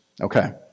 Okay